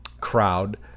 crowd